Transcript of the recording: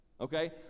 okay